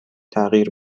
تغییر